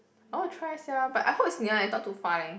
I wanna try sia but I hope it's near eh not too far leh